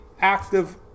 active